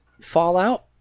Fallout